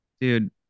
dude